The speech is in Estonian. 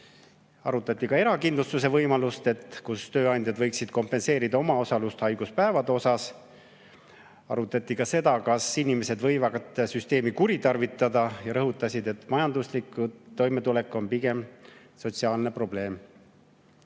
Arutati ka erakindlustuse võimalust, et tööandjad võiksid kompenseerida omaosalust haiguspäevade puhul. Arutati ka seda, kas inimesed võivad süsteemi kuritarvitada, ja rõhutati, et majanduslik toimetulek on pigem sotsiaalne probleem.